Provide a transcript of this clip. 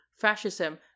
fascism